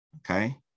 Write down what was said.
okay